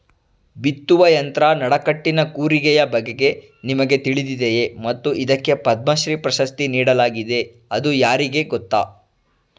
ಬಿತ್ತುವ ಯಂತ್ರ ನಡಕಟ್ಟಿನ ಕೂರಿಗೆಯ ಬಗೆಗೆ ನಿಮಗೆ ತಿಳಿದಿದೆಯೇ ಮತ್ತು ಇದಕ್ಕೆ ಪದ್ಮಶ್ರೀ ಪ್ರಶಸ್ತಿ ನೀಡಲಾಗಿದೆ ಅದು ಯಾರಿಗೆ ಗೊತ್ತ?